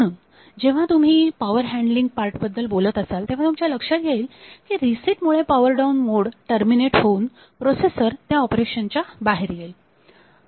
म्हणून जेव्हा तुम्ही पॉवर हॅन्डलींग पार्ट बद्दल बोलत असाल तेव्हा तुमच्या लक्षात येईल की रिसेट मुळे पॉवर डाऊन मोड टर्मिनेट होऊन प्रोसेसर त्या ऑपरेशन च्या बाहेर येईल